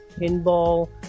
pinball